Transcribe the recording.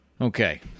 Okay